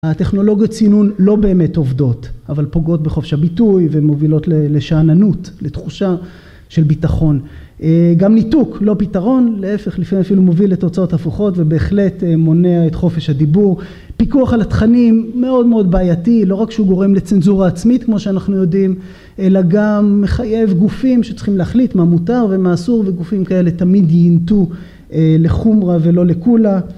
הטכנולוגיות סינון לא באמת עובדות, אבל פוגעות בחופש הביטוי ומובילות לשאננות, לתחושה של ביטחון. גם ניתוק לא פיתרון, להפך לפעמים אפילו מוביל לתוצאות הפוכות ובהחלט מונע את חופש הדיבור. פיקוח על התכנים מאוד מאוד בעייתי, לא רק שהוא גורם לצנזורה עצמית כמו שאנחנו יודעים, אלא גם מחייב גופים שצריכים להחליט מה מותר ומה אסור, וגופים כאלה תמיד ינטו לחומרה ולא לקולה.